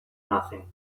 nothing